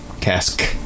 Cask